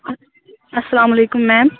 اَس اَسلامُ علیکُم مَیٚم